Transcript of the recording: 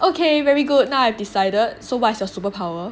okay very good now I have decided so what is your superpower